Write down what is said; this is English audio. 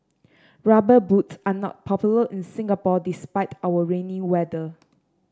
rubber boots are not popular in Singapore despite our rainy weather